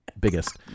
biggest